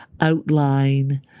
outline